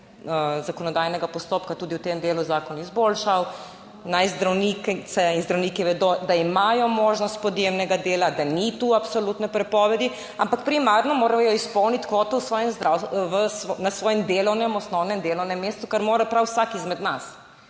zakonodajnega postopka tudi v tem delu zakon izboljšal. Naj zdravnice in zdravniki vedo, da imajo možnost podjemnega dela, da ni tu absolutne prepovedi, ampak primarno morajo izpolniti kvoto na svojem delovnem, osnovnem delovnem mestu, kar mora prav vsak izmed nas.